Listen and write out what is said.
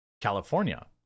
California